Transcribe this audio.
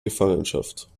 gefangenschaft